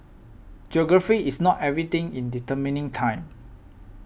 geography is not everything in determining time